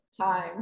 Time